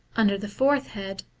under the fourth head,